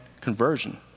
conversion